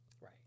Right